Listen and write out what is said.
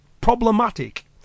problematic